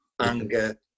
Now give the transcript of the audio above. anger